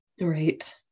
Right